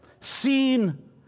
seen